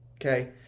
Okay